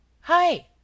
hi